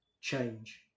change